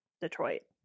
Detroit